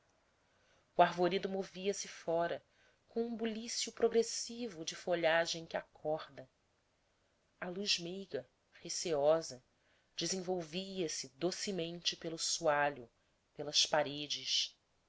o arvoredo movia-se fora com um bulício progressivo de folhagem que acorda a luz meiga receosa desenvolvia se docemente pelo soalho pelas paredes